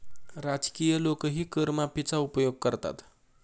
राजकीय लोकही कर माफीचा उपयोग करतात